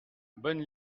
bonne